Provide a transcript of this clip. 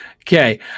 Okay